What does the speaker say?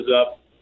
up